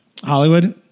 Hollywood